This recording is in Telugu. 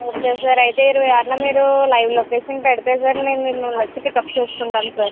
ఓకే సార్ అయితే ఇరవై ఆరు మీరు లైవ్ లొకేషన్ పెడితే సార్ మేము మిమ్మల్ని వచ్చి పికప్ చేసుకుంటాం సార్